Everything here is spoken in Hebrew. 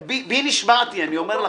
אני אפסיק בי נשבעתי, אני אומר לכם.